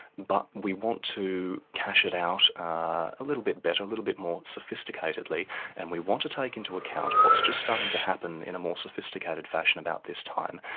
but we want to cash it out ah a little bit better, a little bit more sophisticatedly and we want to take into account what's just starting to happen in a more sophisticated fashion about this time,